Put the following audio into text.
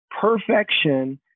perfection